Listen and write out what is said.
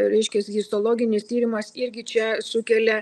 reiškias histologinis tyrimas irgi čia sukelia